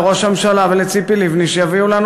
לראש הממשלה ולציפי לבני שיביאו לנו